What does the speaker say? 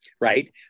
Right